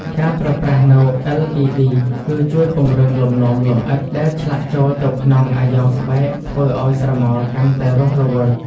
ការប្រើប្រាស់នៅ LED គឺជួយពង្រឹងលំនាំលម្អិតដែលឆ្លាក់ចូលទៅក្នុងអាយ៉ងស្បែក ធ្វើឱ្យស្រមោលកាន់តែរស់រវើក។